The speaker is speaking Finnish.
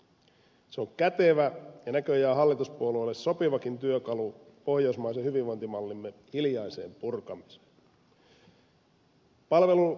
se on kätevä ja näköjään hallituspuolueille sopivakin työkalu pohjoismaisen hyvinvointimallimme hiljaiseen purkamiseen